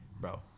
Bro